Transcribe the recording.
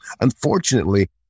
unfortunately